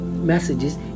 messages